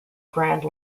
grand